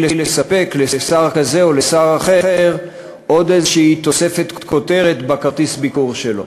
לספק לשר כזה או לשר אחר עוד איזו תוספת כותרת בכרטיס הביקור שלו.